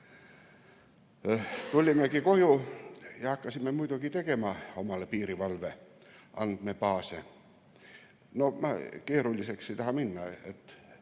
Tulimegi koju ja hakkasime muidugi tegema omale piirivalve andmebaase. Keeruliseks ei taha minna, muidu